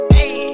Hey